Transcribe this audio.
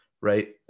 right